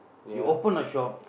you open a shop